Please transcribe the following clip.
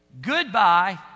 goodbye